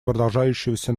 продолжающегося